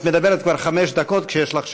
את מדברת כבר חמש דקות כשיש לך שלוש.